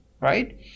right